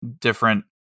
different